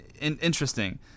interesting